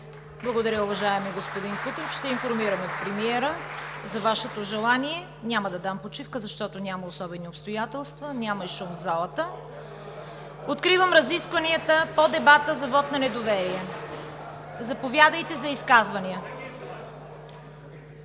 Благодаря Ви, уважаеми господин Кутев! Ще информирам премиера за Вашето желание. Няма да дам почивка, защото няма особени обстоятелства. Няма и шум в залата. Откривам разискванията по дебата за вот на недоверие. Заповядайте за изказвания.